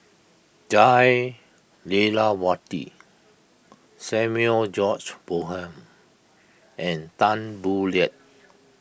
Jah Lelawati Samuel George Bonham and Tan Boo Liat